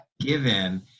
given